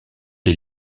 des